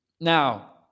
Now